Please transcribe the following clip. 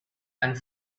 and